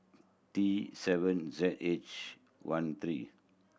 T seven Z H one three